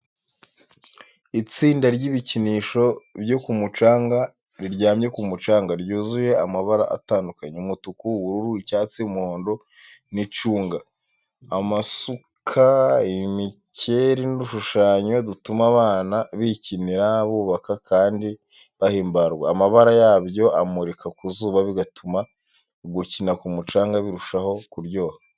Itsinda ry’ibikinisho byo ku mucanga riryamye ku mucanga, ryuzuye amabara atandukanye: umutuku, ubururu, icyatsi, umuhondo n’icunga. Amasuka, imikeri n'udushushanyo dutuma abana bikinira, bubaka, kandi bahimbarwa. Amabara yabyo amurika ku zuba, bigatuma gukina ku mucanga birushaho kuryoha.